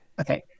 Okay